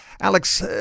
Alex